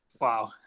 Wow